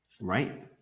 Right